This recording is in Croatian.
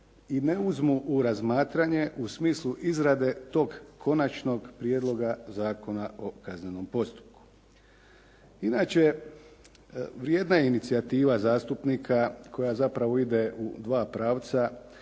i ne uzmu u razmatranje u smislu izrade tog Konačnog prijedloga Zakona o kaznenom postupku. Inače vrijedna inicijativa zastupnika koja zapravo ide u dva pravca